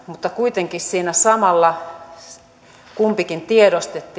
mutta kuitenkin siinä samalla kumpikin tiedostimme